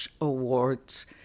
Awards